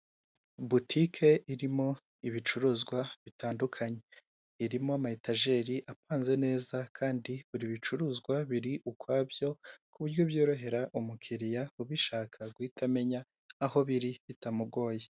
Boutique irimo ibicuruzwa bitandukanye, irimo ama etajeri apanze neza kandi buri bicuruzwa biri ukwabyo ku buryo byorohera umukiriya ubishaka guhita amenya aho biri bitamugoye.